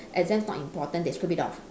exams not important they scrape it off